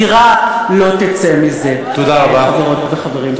דירה לא תצא מזה, חברות וחברים.